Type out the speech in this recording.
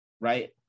right